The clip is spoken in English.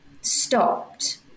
stopped